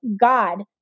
God